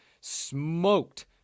Smoked